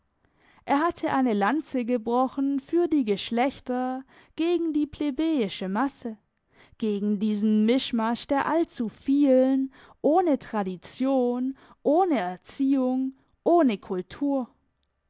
er hatte eine lanze gebrochen für die geschlechter gegen die plebejische masse gegen diesen mischmasch der allzuvielen ohne tradition ohne erziehung ohne kultur